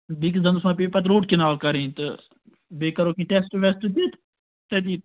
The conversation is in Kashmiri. بیٚکِس دَنٛندَس ما پیٚیہِ پتہٕ روٗٹ کَنال کَرٕنۍ تہٕ بیٚیہِ کَرَو کیٚنٛہہ ٹیسٹ ویسٹہٕ تہِ تٔتی